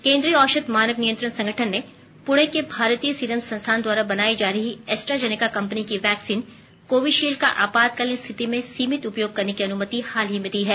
केन्द्रीय औषध मानक नियंत्रण संगठन ने पूणे के भारतीय सीरम संस्थाान द्वारा बनाई जा रही एस्ट्राजेनेका कंपनी की वैक्सीन कोविशील्ड का आपातकालीन स्थिति में सीमित उपयोग करने की अनुमति हाल ही में दी है